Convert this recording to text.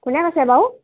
কোনে কৈছে বাৰু